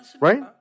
right